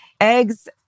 eggs